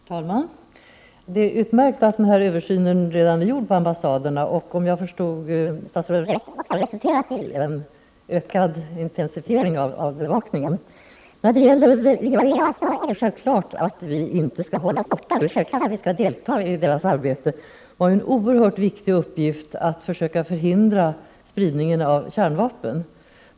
Herr talman! Det är utmärkt att den här översynen redan är gjord på ambassaderna. Om jag förstod statsrådet rätt har det också resulterat i en intensifiering av bevakningen. Det är självklart att vi skall delta i IAEA:s arbete, eftersom det är en oerhört viktig uppgift att försöka hindra spridning av kärnvapen.